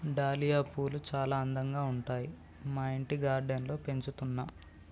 dahlia పూలు చాల అందంగా ఉంటాయి మా ఇంటి గార్డెన్ లో పెంచుతున్నా